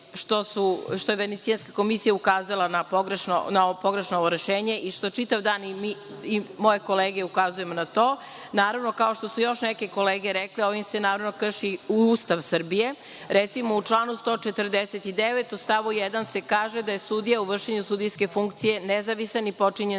što je Venecijanska komisija ukazala na ovo pogrešno rešenje i što čitav dan moje kolege ukazuju na to, naravno, kao što su još neke kolege reklem ovim se naravno krši Ustav Srbije. Recimo, u članu 49. u stavu 1. se kaže da je sudija u vršenju sudijske funkcije nezavisan i potčinjen